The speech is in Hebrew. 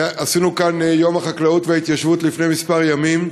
עשינו כאן יום החקלאות וההתיישבות, לפני כמה ימים,